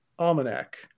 almanac